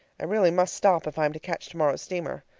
i really must stop if i am to catch tomorrow's steamer.